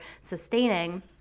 sustaining